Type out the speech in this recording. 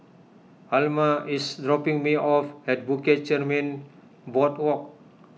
Alma is dropping me off at Bukit Chermin Boardwalk